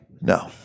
No